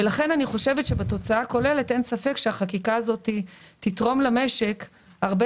ולכן בתוצאה הכוללת אין ספק שהחקיקה הזאת תתרום למשק הרבה